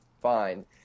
fine